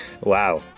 Wow